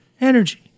energy